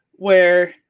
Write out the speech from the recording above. where